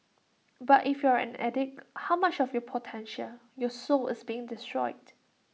but if you're an addict how much of your potential your soul is being destroyed